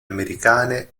americane